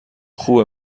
خوبه